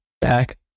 back